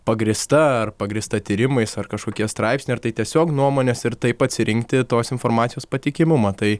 pagrįsta ar pagrįsta tyrimais ar kažkokie straipsniai ar tai tiesiog nuomonės ir taip atsirinkti tos informacijos patikimumą tai